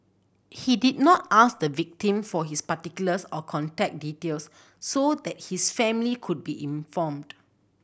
he did not ask the victim for his particulars or contact details so that his family could be informed